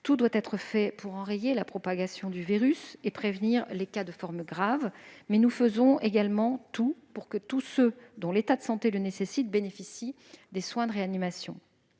Tout doit être fait pour enrayer la propagation du virus et prévenir les cas de forme grave. Dans le même temps, nous faisons tout pour que l'ensemble de ceux dont l'état de santé le nécessite bénéficient des soins de réanimation